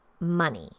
money